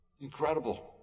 Incredible